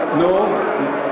נו, נו.